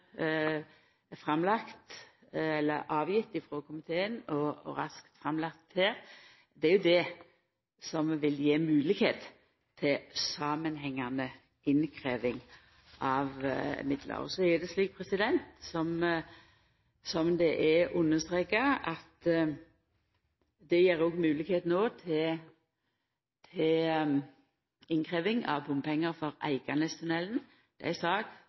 komiteen og behandla her. Det er jo det som vil gje moglegheit til samanhengande innkrevjing av midlar. Så er det slik, som det er understreka, at det gjev moglegheit òg til innkrevjing av bompengar for Eiganestunnelen. Dette vil Stortinget få som ei eiga sak.